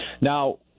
Now